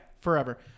forever